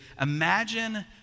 imagine